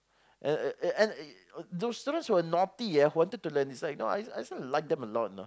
and and and those students who are naughty eh who wanted to learn is like you know I just I just want to like them a lot you know